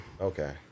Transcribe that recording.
Okay